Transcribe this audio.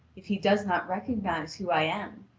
if he does not recognise who i am,